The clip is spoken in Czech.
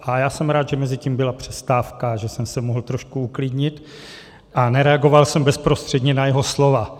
A já jsem rád, že mezitím byla přestávka a že jsem se mohl trošku uklidnit a nereagoval jsem bezprostředně na jeho slova.